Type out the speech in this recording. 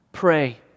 Pray